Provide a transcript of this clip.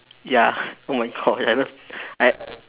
ya oh my god I love I